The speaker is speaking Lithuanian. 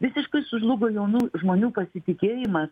visiškai sužlugo jaunų žmonių pasitikėjimas